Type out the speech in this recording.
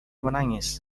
menangis